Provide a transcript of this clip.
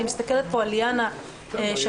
אני מסתכלת פה על ליאנה בלומנפלד מגד